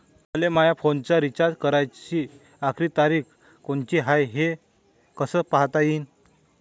मले माया फोनचा रिचार्ज कराची आखरी तारीख कोनची हाय, हे कस पायता येईन?